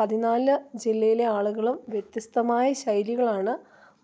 പതിനാല് ജില്ലയിലെ ആളുകളും വ്യത്യസ്തമായ ശൈലികളാണ്